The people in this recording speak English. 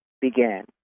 began